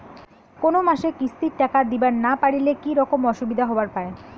কোনো মাসে কিস্তির টাকা দিবার না পারিলে কি রকম অসুবিধা হবার পায়?